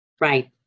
Right